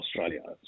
Australia